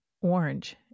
Orange